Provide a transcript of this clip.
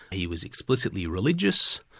he was explicitly religious,